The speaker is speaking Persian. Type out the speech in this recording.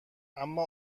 اما